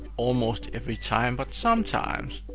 almost every time, but sometimes,